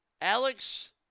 Alex